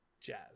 jazz